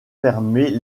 fermer